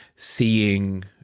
seeing